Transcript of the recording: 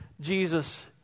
Jesus